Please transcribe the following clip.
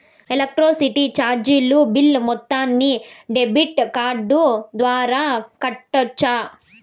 Electricity చార్జీలు bill మొత్తాన్ని debit card ద్వారా కట్టొచ్చా?